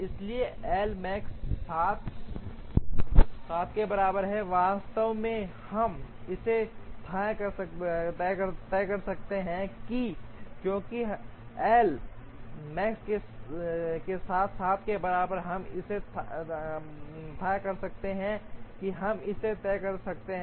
इसलिए L max 7 के बराबर है वास्तव में हम इसे थाह कर सकते थे क्योंकि एल मैक्स के साथ 7 के बराबर हम इसे थाह सकते हैं हम इसे थाह सकते हैं